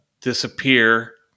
disappear